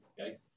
okay